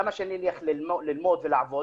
למה שאני אלך ללמוד ולעבוד?